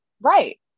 Right